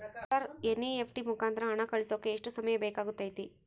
Sir NEFT ಮುಖಾಂತರ ಹಣ ಕಳಿಸೋಕೆ ಎಷ್ಟು ಸಮಯ ಬೇಕಾಗುತೈತಿ?